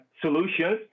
solutions